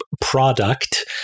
product